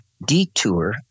detour